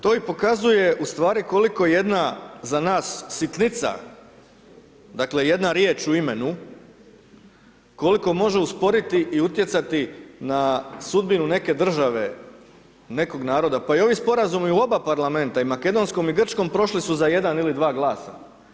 To i pokazuje, ustvari, koliko jedna, za nas sitnica, dakle, jedna riječ u imenu, koliko može usporiti i utjecati na sudbinu neke države, nekog naroda, pa i ovi sporazuma u oba parlamenta, u makedonskom i grčkom, prošli su za 1 ili 2 glasa.